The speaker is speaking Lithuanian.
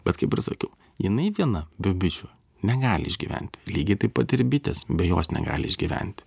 bet kaip ir sakiau jinai viena be bičių negali išgyventi lygiai taip pat ir bitės be jos negali išgyventi